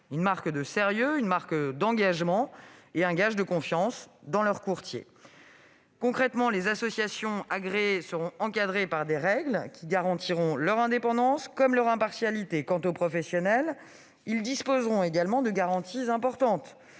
une marque de sérieux, d'engagement et un gage de confiance dans leur courtier. Concrètement, les associations agréées seront encadrées par des règles qui garantiront leur indépendance et leur impartialité. Quant aux professionnels, ils disposeront également de garanties importantes.